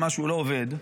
אם מישהו לא עובד,